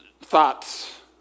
thoughts